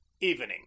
Evening